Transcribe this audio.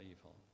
evil